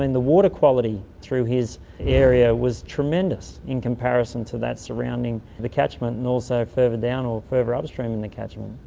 the water quality through his area was tremendous in comparison to that surrounding the catchment and also further down or further upstream in the catchment.